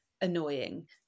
annoying